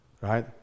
right